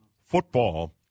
football